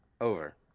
Over